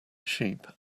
sheep